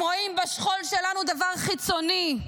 הם רואים בשכול שלנו דבר חיצוני.